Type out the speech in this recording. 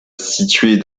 située